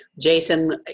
Jason